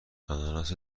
آناناس